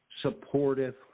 supportive